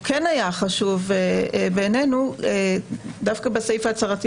הוא כן היה חשוב בעינינו דווקא בסעיף ההצהרתי